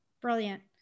Brilliant